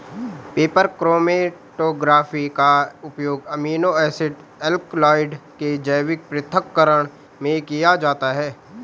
paper chromatography का उपयोग amino acid alkaloid के जैविक पृथक्करण में किया जाता है